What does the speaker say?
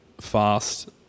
fast